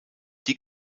die